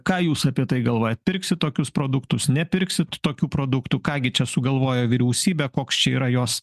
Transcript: ką jūs apie tai galvojat pirksit tokius produktus nepirksit tokių produktų ką gi čia sugalvojo vyriausybė koks čia yra jos